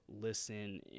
listen